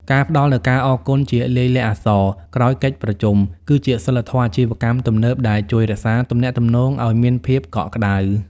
ការផ្តល់នូវ "ការអរគុណជាលាយលក្ខណ៍អក្សរ" ក្រោយកិច្ចប្រជុំ គឺជាសីលធម៌អាជីវកម្មទំនើបដែលជួយរក្សាទំនាក់ទំនងឱ្យមានភាពកក់ក្ដៅ។